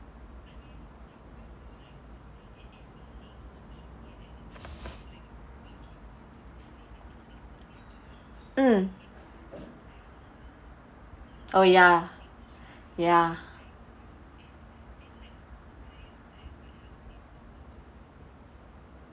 mm oh ya ya